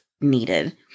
needed